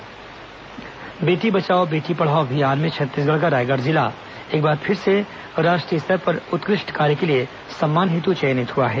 बेटी बचाओ बेटी पढ़ाओ बेटी बचाओ बेटी पढ़ाओ अभियान में छत्तीसगढ़ का रायगढ़ जिला एक बार फिर राष्ट्रीय स्तर पर उत्कृष्ट कार्य के लिए चयनित हुआ है